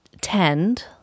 tend